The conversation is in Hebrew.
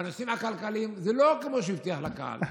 בנושאים הכלכליים זה לא כמו שהבטיח לקהל?